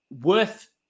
worth